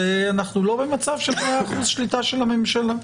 אנחנו לא במצב של מאה אחוזי שליטה של הממשלה.